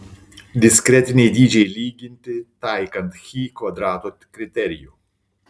diskretiniai dydžiai lyginti taikant chi kvadrato kriterijų